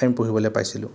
আমি পঢ়িবলৈ পাইছিলোঁ